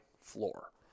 floor